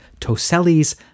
Toselli's